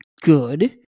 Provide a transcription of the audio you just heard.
good